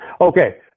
Okay